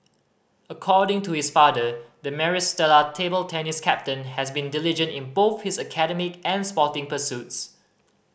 according to his father the Maris Stella table tennis captain has been diligent in both his academic and sporting pursuits